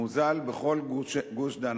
מוזל בכל גוש-דן.